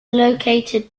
located